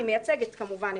היא מייצגת, כמובן,